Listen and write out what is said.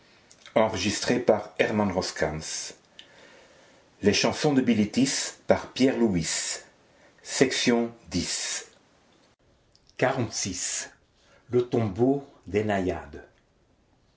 le tombeau des naïades